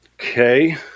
okay